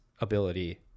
ability